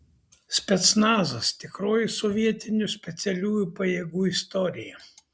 specnazas tikroji sovietinių specialiųjų pajėgų istorija